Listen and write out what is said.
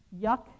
yuck